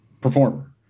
performer